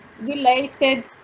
related